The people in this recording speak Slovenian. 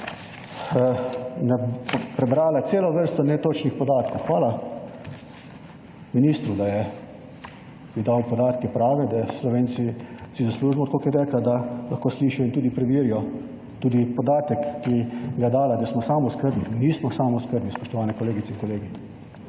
Prebrala je celo vrsto netočnih podatkov. Hvala ministru, da mi je dal prave podatke, Slovenci si zaslužimo, tako kot je rekla, da lahko slišijo in tudi preverijo tudi podatek, ki ga je dala, da smo samooskrbni. Nismo samooskrbni, spoštovane kolegice in kolegi.